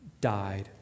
died